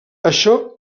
això